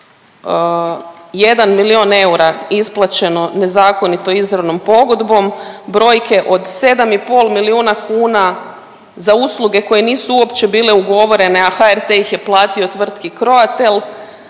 1 milion eura isplaćeno nezakonito izravnom pogodbom, brojke od 7,5 miliona kuna za usluge koje nisu uopće bile ugovorene, a HRT ih je platio tvrtki Croatel,